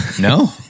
No